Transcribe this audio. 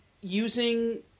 using